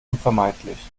unvermeidlich